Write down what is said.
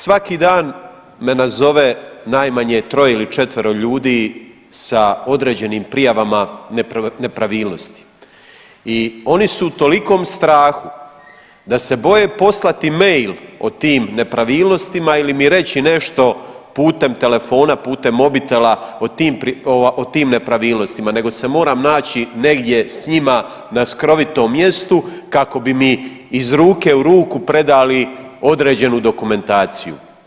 Svaki dan me nazove najmanje troje ili četvero ljudi sa određenim prijavama nepravilnosti i oni su u tolikom strahu da se boje poslati mail o tim nepravilnostima ili mi reći nešto putem telefona, putem mobitela o tim nepravilnostima nego se moram naći negdje s njima na skrovitom mjestu kako bi mi iz ruke u ruku predali određenu dokumentaciju.